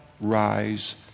rise